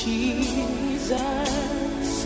Jesus